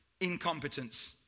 incompetence